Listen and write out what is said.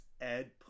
Ed